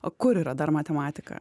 o kur yra dar matematika